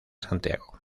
santiago